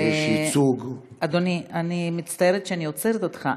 שיש ייצוג, אדוני, אני מצטערת שאני עוצרת אותך,